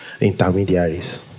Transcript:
Intermediaries